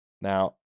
Now